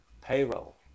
Payroll